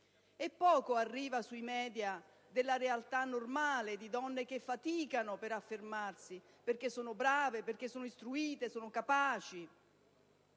Poco arriva sui *media* della realtà normale di donne che faticano per affermarsi perché sono brave, istruite e capaci.